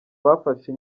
bafashe